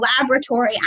laboratory